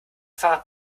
fahrrad